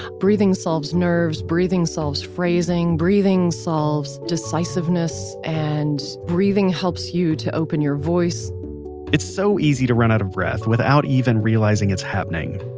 breathing solves nerves, breathing solves phrasing, breathing solves decisiveness, and breathing helps you to open your voice it's so easy to run out of breath without even realizing it's happening.